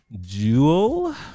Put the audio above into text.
Jewel